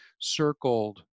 Circled